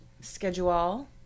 schedule